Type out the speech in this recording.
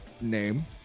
name